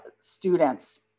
students